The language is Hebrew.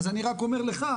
אז אני רק אומר לך,